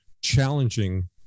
challenging